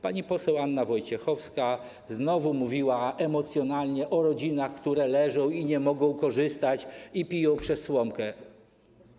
Pani poseł Anna Wojciechowska znowu mówiła emocjonalnie o rodzinach, które leżą, nie mogą z tego korzystać i piją przez słomkę.